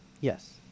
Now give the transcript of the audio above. Yes